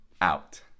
out